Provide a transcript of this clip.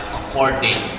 according